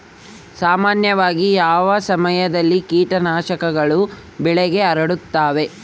ಸಾಮಾನ್ಯವಾಗಿ ಯಾವ ಸಮಯದಲ್ಲಿ ಕೇಟನಾಶಕಗಳು ಬೆಳೆಗೆ ಹರಡುತ್ತವೆ?